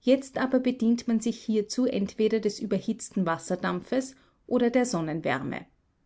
jetzt aber bedient man sich hierzu entweder des überhitzten wasserdampfes oder der